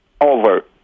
over